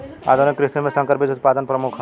आधुनिक कृषि में संकर बीज उत्पादन प्रमुख ह